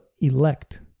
elect